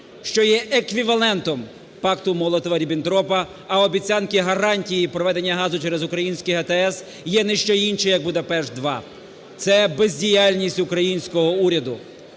що є еквівалентом Пакту Молотова–Ріббентропа, а обіцянки гарантій і проведення газу через українські ГТС є не що інше як Будапешт-2. Це бездіяльність українського уряду.